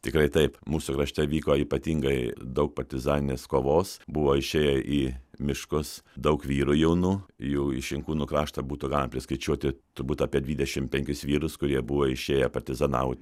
tikrai taip mūsų krašte vyko ypatingai daug partizaninės kovos buvo išėję į miškus daug vyrų jaunų jų iš inkūnų krašta būtų galima priskaičiuoti turbūt apie dvidešim penkis vyrus kurie buvo išėję partizanauti